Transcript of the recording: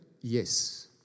Yes